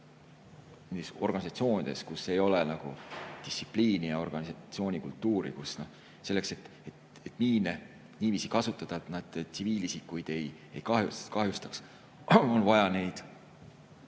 organisatsioonid, kus ei ole nagu distsipliini ja organisatsioonikultuuri. Selleks, et miine niiviisi kasutada, et nad tsiviilisikuid ei kahjustaks, on vaja neid